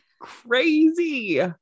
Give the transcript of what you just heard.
crazy